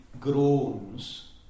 groans